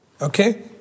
okay